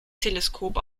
teleskop